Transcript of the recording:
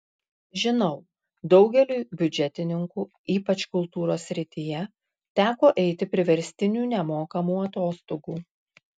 žinau daugeliui biudžetininkų ypač kultūros srityje teko eiti priverstinių nemokamų atostogų